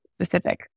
Specific